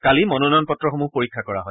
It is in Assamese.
কালি মনোনয়ন পত্ৰসমূহ পৰীক্ষা কৰা হয়